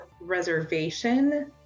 reservation